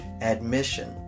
Admission